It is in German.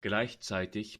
gleichzeitig